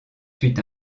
suit